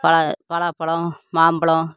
பலா பலாப்பழம் பலாப்பழம்